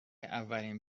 اولین